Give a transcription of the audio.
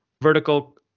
vertical